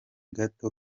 gato